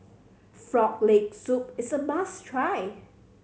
Frog Leg Soup is a must try